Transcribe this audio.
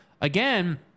again